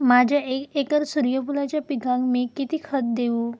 माझ्या एक एकर सूर्यफुलाच्या पिकाक मी किती खत देवू?